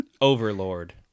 Overlord